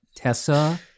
Tessa